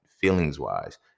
feelings-wise